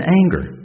anger